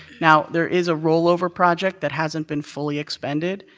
now, there is a rollover project that hasn't been fully expended,